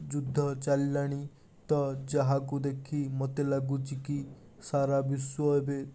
ଯୁଦ୍ଧ ଚାଲିଲାଣି ତ ଯାହାକୁ ଦେଖି ମୋତେ ଲାଗୁଛି କି ସାରା ବିଶ୍ଵ ଏବେ